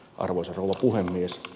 arvoisa rouva puhemies